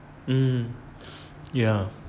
um ya